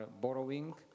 borrowing